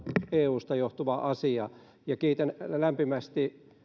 eusta johtuva asia kiitän lämpimästi